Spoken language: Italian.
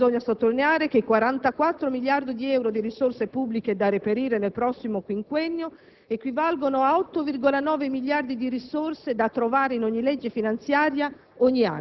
però sottolineare che 44 miliardi di euro di risorse pubbliche da reperire nel prossimo quinquennio equivalgono a 8,9 miliardi di risorse da trovare in ciascuna legge finanziaria